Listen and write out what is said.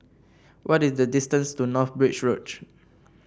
what is the distance to North Bridge Road